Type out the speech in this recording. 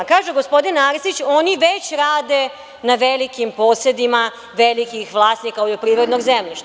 Kaže gospodin Arsić – oni već rade na velikim posedima velikih vlasnika poljoprivrednog zemljišta.